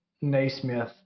Naismith